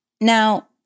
Now